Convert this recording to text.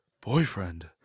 Boyfriend